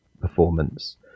performance